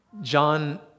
John